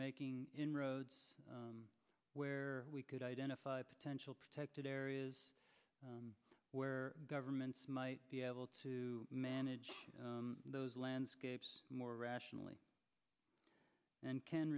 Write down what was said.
making inroads where we could identify potential protected areas where governments might be able to manage those landscapes more rationally and can